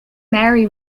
mary